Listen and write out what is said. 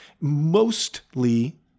Mostly